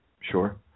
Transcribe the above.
sure